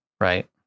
right